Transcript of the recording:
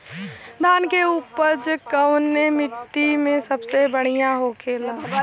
धान की उपज कवने मिट्टी में सबसे बढ़ियां होखेला?